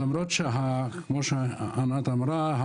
למרות שכמו שענת אמרה,